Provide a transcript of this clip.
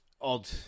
odd